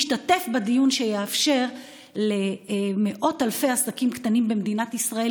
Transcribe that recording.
להשתתף בדיון שיאפשר למאות אלפי עסקים קטנים במדינת ישראל